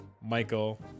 Michael